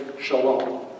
shalom